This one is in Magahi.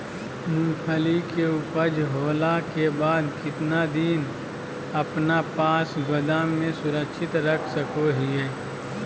मूंगफली के ऊपज होला के बाद कितना दिन अपना पास गोदाम में सुरक्षित रख सको हीयय?